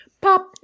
Pop